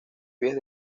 pies